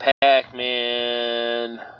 Pac-Man